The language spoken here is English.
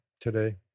today